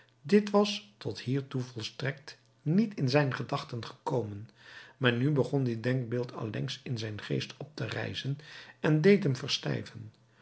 dit was tot hiertoe volstrekt niet in zijn gedachte gekomen maar nu begon dit denkbeeld allengs in zijn geest op te rijzen en